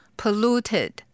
polluted